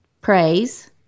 praise